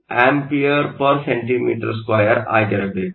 ಆದ್ದರಿಂದ ಇದು 10 Acm 2 ಆಗಿರಬೇಕು